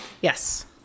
Yes